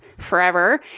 forever